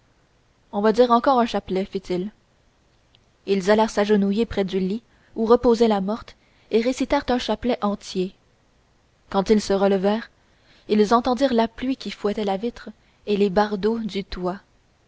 on va dire encore un chapelet fit-il ils allèrent s'agenouiller près du lit où reposait la morte et récitèrent un chapelet entier quand ils se relevèrent ils entendirent la pluie qui fouettait la vitre et les bardeaux du toit